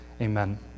Amen